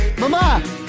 Mama